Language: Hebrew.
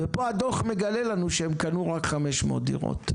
ופה הדו"ח מגלה לנו שהם קנו רק 500 דירות.